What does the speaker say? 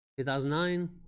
2009